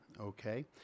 Okay